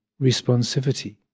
responsivity